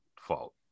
fault